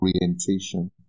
orientation